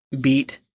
beat